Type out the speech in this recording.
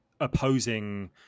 opposing